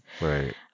Right